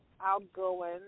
outgoing